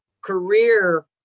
career